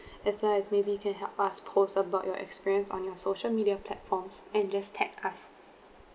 as well as maybe you can help us posts about your experience on your social media platforms and just tag us